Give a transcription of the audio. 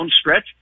stretch